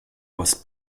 was